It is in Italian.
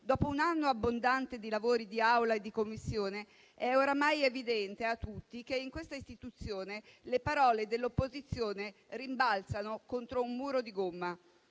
Dopo un anno abbondante di lavori di Assemblea e di Commissione, è oramai evidente a tutti che in questa istituzione le parole dell'opposizione rimbalzano contro un muro di gomma,